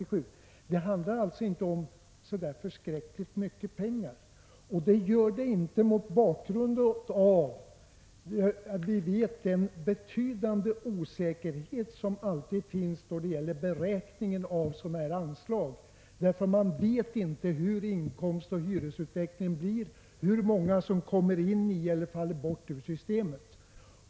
Det handlar alltså inte om så mycket pengar. Dessutom råder det alltid en betydande osäkerhet då det gäller beräkningen av sådana här anslag. Man vet inte hur inkomstoch hyresutvecklingen blir eller hur många som kommer in i eller faller bort ur systemet.